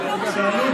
שאלו.